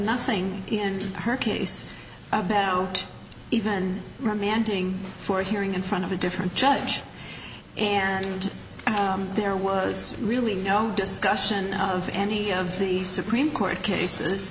nothing in her case about even remanding for a hearing in front of a different judge and there was really no discussion of any of the supreme court cases